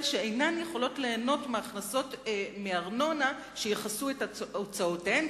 שאינן יכולות ליהנות מהכנסות מארנונה שיכסו את הוצאותיהן.